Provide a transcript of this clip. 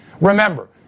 Remember